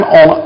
on